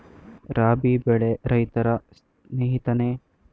ರಾಬಿ ಬೆಳೆ ರೈತರ ಸ್ನೇಹಿತನೇ?